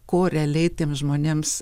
ko realiai tiems žmonėms